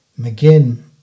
McGinn